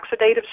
oxidative